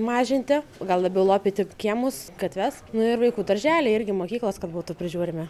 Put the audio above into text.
mažinti gal labiau lopyti kiemus gatves na ir vaikų darželiai irgi mokyklos kad būtų prižiūrimi